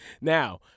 Now